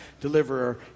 deliverer